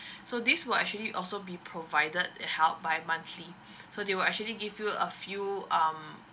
so this will actually also be provided help by monthly so they will actually give you a few um